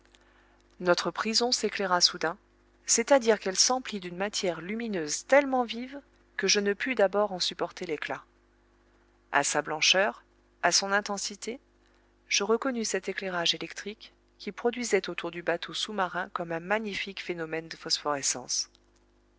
notre prison s'éclaira soudain c'est-à-dire qu'elle s'emplit d'une matière lumineuse tellement vive que je ne pus d'abord en supporter l'éclat a sa blancheur à son intensité je reconnus cet éclairage électrique qui produisait autour du bateau sous-marin comme un magnifique phénomène de phosphorescence